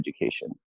education